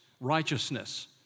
righteousness